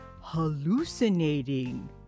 hallucinating